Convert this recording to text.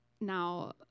Now